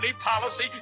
policy